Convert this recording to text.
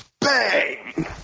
bang